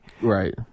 right